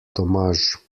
tomaž